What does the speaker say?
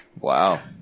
Wow